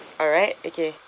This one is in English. alright okay